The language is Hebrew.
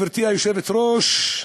גברתי היושבת-ראש,